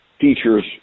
features